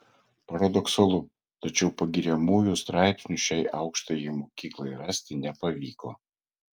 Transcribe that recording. paradoksalu tačiau pagiriamųjų straipsnių šiai aukštajai mokyklai rasti nepavyko